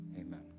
Amen